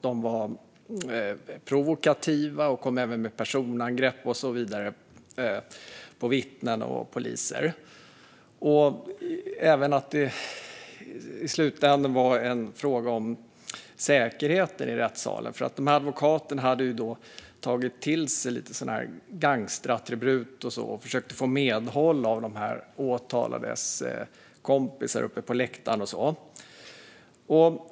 De var provokativa och kom även med personangrepp på vittnen och poliser. I slutänden var det en fråga om säkerheten i rättssalen, för advokaterna hade tagit till sig lite gangsterattribut och försökte få medhåll av de åtalades kompisar på läktaren.